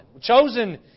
Chosen